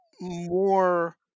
more